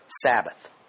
Sabbath